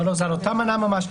לא, זה על אותה מנה ממש.